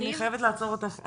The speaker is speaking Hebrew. אני חייבת לעצור אותך,